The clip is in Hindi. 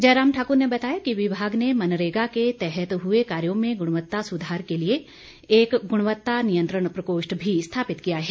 जयराम ठाकुर ने बताया कि विभाग ने मनरेगा के तहत हुए कार्यों में गुणवत्ता सुधार के लिए एक गुणवत्ता नियंत्रण प्रकोष्ठ भी स्थापित किया है